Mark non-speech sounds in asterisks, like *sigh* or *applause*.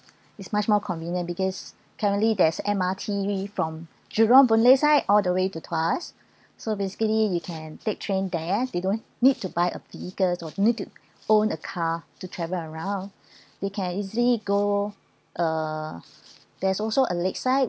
*breath* is much more convenient because currently there is M_R_T_V from jurong boon lay side all the way to tuas *breath* so basically you can take train there they don't need to buy a vehicle or need to own a car to travel around *breath* they can easily go uh there's also a lakeside